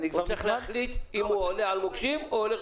הוא צריך להחליט אם הוא עולה על מוקשים או הולך